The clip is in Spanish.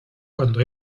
cuando